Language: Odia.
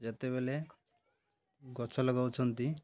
ଯେତେବେଳେ ଗଛ ଲଗାଉଛନ୍ତି